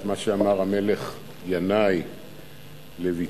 את מה שאמר המלך ינאי לבתו: